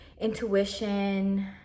intuition